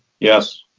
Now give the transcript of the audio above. yes.